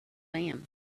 lamb